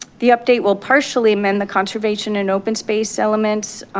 the update will partially amend the conservation and open space elements,